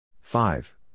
Five